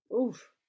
Oof